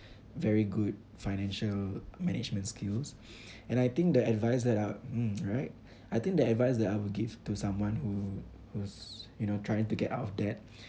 very good financial management skills and I think the advice that I'll mm right I think the advice that I will give to someone who was you know trying to get out of debt